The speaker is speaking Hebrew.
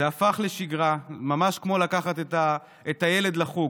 זה הפך לשגרה, ממש כמו לקחת את הילד לחוג.